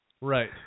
right